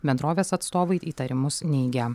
bendrovės atstovai įtarimus neigia